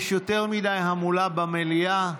יש יותר מדי המולה במליאה.